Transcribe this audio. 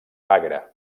agra